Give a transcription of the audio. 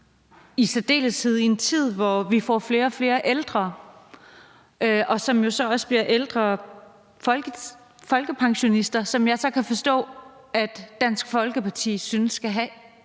i særdeleshed i en tid, hvor vi får flere og flere ældre, som jo så også bliver ældre folkepensionister, og som jeg kan forstå at Dansk Folkeparti synes skal have